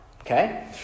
Okay